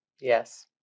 Yes